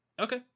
Okay